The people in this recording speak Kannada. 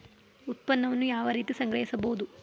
ಉತ್ಪನ್ನವನ್ನು ಯಾವ ರೀತಿ ಸಂಗ್ರಹಿಸಬಹುದು?